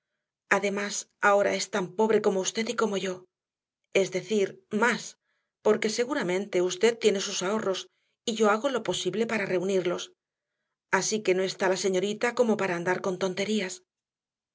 además ahora es tan pobre como usted y como yo es decir más porque seguramente usted tiene sus ahorros y yo hago lo posible para reunirlos así que no está la señorita como para andar con tonterías